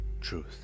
truth